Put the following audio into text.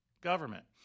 government